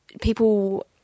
people